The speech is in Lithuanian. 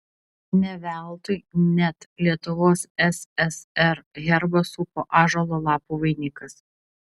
ne veltui net lietuvos ssr herbą supo ąžuolo lapų vainikas